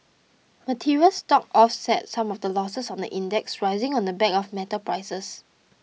materials stocks offset some of the losses on the index rising on the back of metal prices